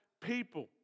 people